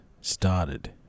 Started